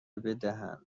بدهند